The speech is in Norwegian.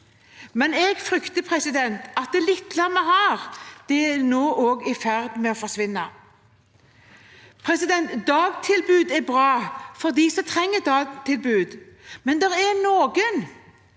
men jeg frykter at de få vi har, nå er i ferd med å forsvinne. Dagtilbud er bra for dem som trenger dagtilbud. Men det er noen